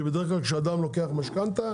כי בדרך כלל כשאדם לוקח משכנתה,